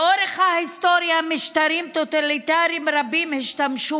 לאורך ההיסטוריה משטרים טוטליטריים רבים השתמשו